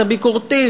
הביקורתית,